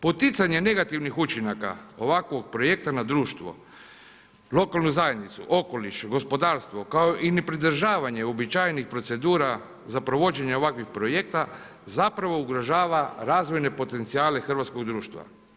Poticanje negativnih učinaka, ovakvog projekta na društvu, lokalnu zajednicu, okoliš, gospodarstvo, kao i nepridržavanje uobičajenih procedura, za provođenje ovakvih projekta zapravo ugrožava razvojne potencijale hrvatskog društva.